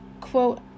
quote